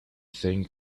thing